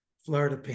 Florida